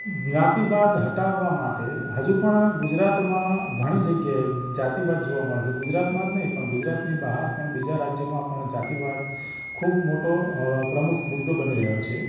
જ્ઞાતિવાદ હટાવવા માટે હજુ પણ ગુજરાતમાં ઘણી જગ્યાએ જાતિવાદ જોવા મળે છે ગુજરાતમાં જ નહીં પણ ગુજરાતની બહાર પણ બીજા રાજ્યોમાં પણ જાતિવાદ ખૂબ મોટો પ્રમુખ મુદ્દો બની ગયો છે